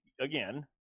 again